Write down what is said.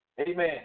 Amen